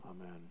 Amen